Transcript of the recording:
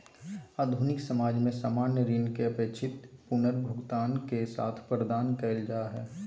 आधुनिक समाज में सामान्य ऋण के अपेक्षित पुनर्भुगतान के साथ प्रदान कइल जा हइ